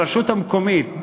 הרשות המקומית,